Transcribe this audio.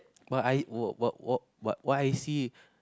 but I wh~ wh~ wh~ what what I see